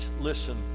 listen